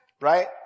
right